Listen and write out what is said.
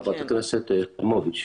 חברת הכנסת חיימוביץ',